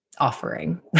offering